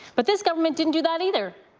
but this government didn't do that either.